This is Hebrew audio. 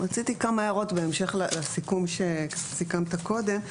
רציתי כמה הערות בהמשך לסיכום שסיכמת קודם.